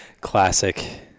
classic